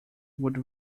would